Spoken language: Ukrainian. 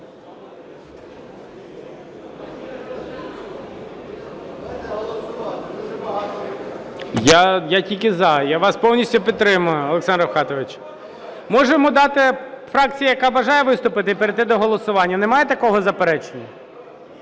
Я тільки "за", я вас повністю підтримую, Олександр Рафкатович. Можемо дати фракції, яка бажає виступити, і перейти до голосування. Немає такого заперечення?